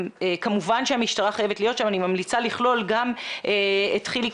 כמובן שהמשטרה חייבת להיות שם ואני ממליצה לכלול גם את חיליק